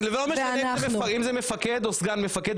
זה לא משנה אם זה מפקד או סגן מפקד,